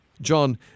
John